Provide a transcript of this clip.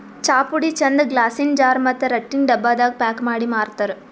ಚಾಪುಡಿ ಚಂದ್ ಗ್ಲಾಸಿನ್ ಜಾರ್ ಮತ್ತ್ ರಟ್ಟಿನ್ ಡಬ್ಬಾದಾಗ್ ಪ್ಯಾಕ್ ಮಾಡಿ ಮಾರ್ತರ್